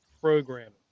programming